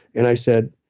and i said,